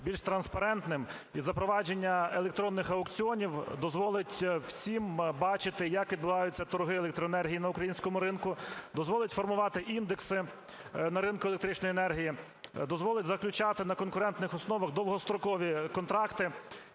більш транспарентним, і запровадження електронних аукціонів дозволить всім бачити, як відбуваються торги електроенергії на українському ринку, дозволить формувати індекси на ринку електричної енергії, дозволить заключати на конкурентних основах довгострокові контракти.